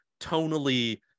tonally